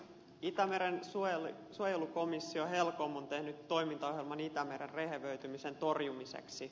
itämeren suojelukomissio helcom on tehnyt toimintaohjelman itämeren rehevöitymisen torjumiseksi